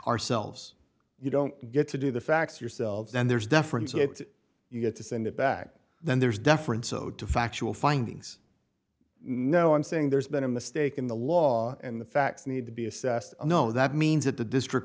ourselves you don't get to do the facts yourselves and there's deference you get to send it back then there's deference owed to factual findings no i'm saying there's been a mistake in the law and the facts need to be assessed no that means that the district